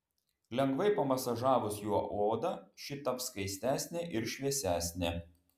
lengvai pamasažavus juo odą ši taps skaistesnė ir šviesesnė